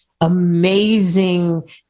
amazing